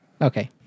Okay